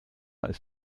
als